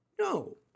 No